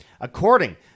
According